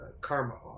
karma